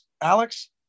Alex